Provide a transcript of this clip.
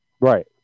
Right